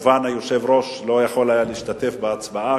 היושב-ראש לא היה יכול להשתתף בהצבעה,